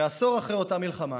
כעשור אחרי אותה מלחמה